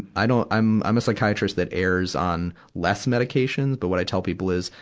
i don't, i'm i'm a psychiatrist that errs on less medication. but what i tell people is,